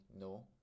no